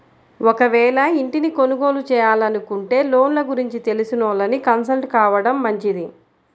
ఒకవేళ ఇంటిని కొనుగోలు చేయాలనుకుంటే లోన్ల గురించి తెలిసినోళ్ళని కన్సల్ట్ కావడం మంచిది